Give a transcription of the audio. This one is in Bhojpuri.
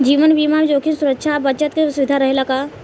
जीवन बीमा में जोखिम सुरक्षा आ बचत के सुविधा रहेला का?